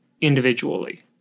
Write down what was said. individually